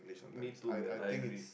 me too man I agree